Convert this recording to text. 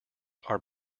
are